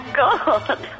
god